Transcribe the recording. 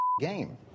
game